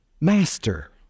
Master